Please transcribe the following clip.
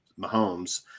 Mahomes